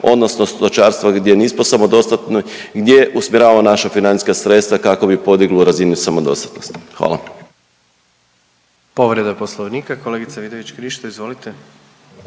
odnosno stočarstva gdje nismo samodostatni, gdje usmjeravamo naša financijska sredstva kako bi podigli razinu samodostatnosti. Hvala.